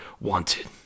Wanted